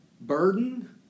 burden